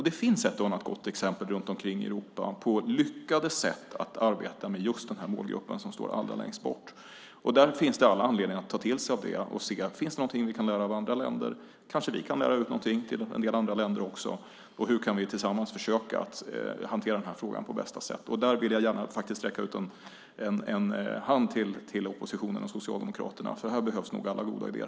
Det finns ett och annat gott exempel runt om i Europa på lyckade sätt att arbeta med just den här målgruppen som står allra längst bort. Det finns all anledning att ta till sig av det och se om det finns något som vi kan lära av andra länder. Kanske vi kan lära ut någonting till en del andra länder också. Hur kan vi tillsammans försöka hantera den här frågan på bästa sätt? Där vill jag faktiskt gärna sträcka ut en hand till oppositionen och Socialdemokraterna, för här behövs nog alla goda idéer.